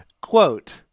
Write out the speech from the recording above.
Quote